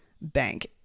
bank